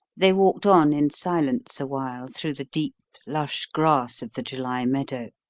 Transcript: they walked on in silence a while through the deep, lush grass of the july meadow.